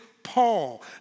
Paul